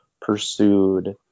pursued